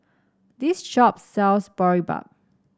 this shop sells Boribap